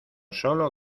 solo